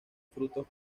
frutos